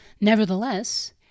Nevertheless